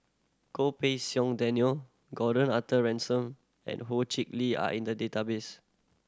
Goh Pei Siong Daniel Gordon Arthur Ransome and Ho Chee Lee are in the database